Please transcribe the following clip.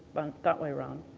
went that way around.